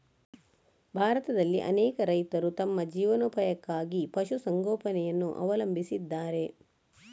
ಭಾರತದಲ್ಲಿ ಅನೇಕ ರೈತರು ತಮ್ಮ ಜೀವನೋಪಾಯಕ್ಕಾಗಿ ಪಶು ಸಂಗೋಪನೆಯನ್ನು ಅವಲಂಬಿಸಿದ್ದಾರೆ